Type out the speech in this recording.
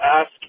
ask